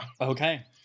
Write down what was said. Okay